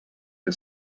que